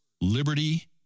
Liberty